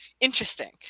interesting